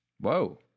Whoa